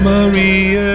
Maria